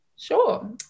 Sure